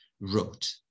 wrote